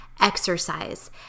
exercise